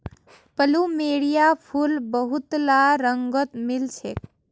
plumeria फूल बहुतला रंगत मिल छेक